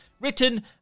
written